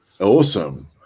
Awesome